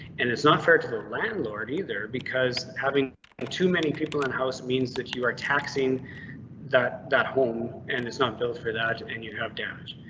and it's not fair to the landlord either, because having ah too many people in house means that you are taxing that that home and it's not built for that. and you have damaged.